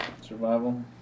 Survival